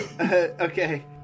okay